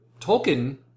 Tolkien